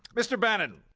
mr. bannon,